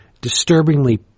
disturbingly